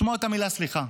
לשמוע את המילה סליחה.